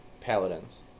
Paladins